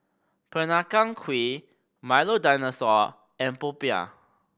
Peranakan Kueh Milo Dinosaur and popiah